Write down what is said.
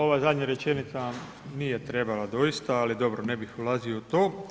Ova zadnja rečenica vam nije trebala, doista, ali dobro ne bih ulazio u to.